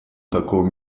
такого